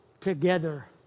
together